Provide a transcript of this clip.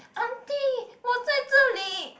aunty 我在这里：wo zai zhe li